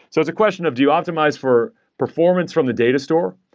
so it's a question of do you optimize for performance from the data store,